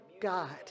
God